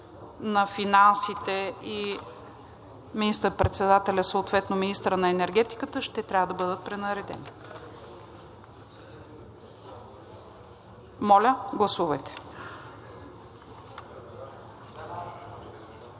на финансите. И министър-председателят, съответно министърът на енергетика, ще трябва да бъдат пренаредени. Моля, гласувайте.